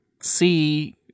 see